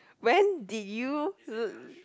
when did you